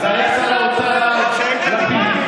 והיה שר האוצר אז לפיד,